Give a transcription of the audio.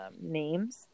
names